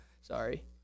sorry